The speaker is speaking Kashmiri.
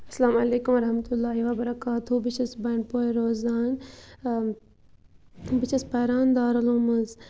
السلامُ علیکُم وَرحمتُہ اللہِ وَبَرکاتہوٗ بہٕ چھَس بَنڈپورِ روزان بہٕ چھَس پَران دارالعلوم منٛز